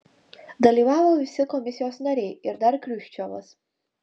dalyvavo visi komisijos nariai ir dar kriučkovas